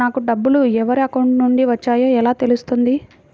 నాకు డబ్బులు ఎవరి అకౌంట్ నుండి వచ్చాయో ఎలా తెలుస్తుంది?